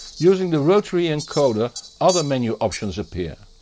using the rotary encoder other menu options appear.